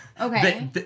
Okay